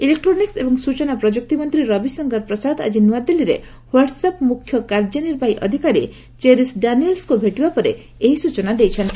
electronics ଏବଂ ସ୍ୱଚନା ପ୍ରଯୁକ୍ତି ମନ୍ତ୍ରୀ ରବି ଶଙ୍କର ପ୍ରସାଦ ଆଜି ନୂଆଦିଲ୍ଲୀଠାରେ ହ୍ୱାଟସ୍ଆପ୍ ମୁଖ୍ୟ କାର୍ଯ୍ୟନିର୍ବାହୀ ଅଧିକାରୀ ଚେରିସ୍ ଡାନିଏଲସ୍ଙ୍କୁ ଭେଟିବା ପରେ ଏହି ସୂଚନା ଦେଇଛନ୍ତି